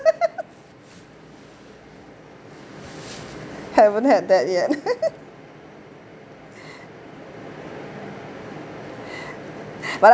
haven't have that yet but I